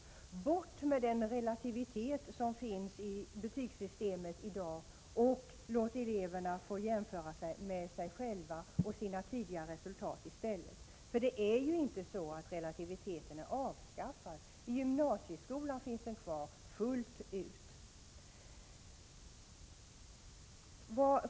Ta bort den relativitet som finns i betygssystemet i dag och låt eleverna i stället få jämföra sig med sig själva och med sina tidigare resultat. Relativiteten är inte avskaffad. Den finns kvar fullt ut i gymnasieskolan.